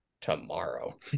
tomorrow